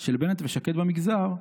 של בנט ושקד במגזר,